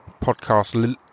podcast